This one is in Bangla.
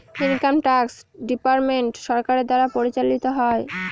ইনকাম ট্যাক্স ডিপার্টমেন্ট সরকারের দ্বারা পরিচালিত হয়